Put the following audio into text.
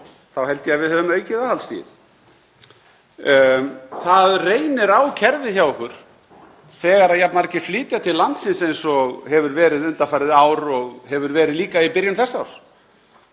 þá held ég að við hefðum aukið aðhaldsstigið. Það reynir á kerfið hjá okkur þegar jafn margir flytja til landsins eins og hefur verið undanfarið ár og hefur verið líka í byrjun þessa árs.